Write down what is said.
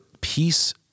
peace